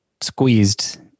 squeezed